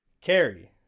carry